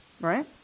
right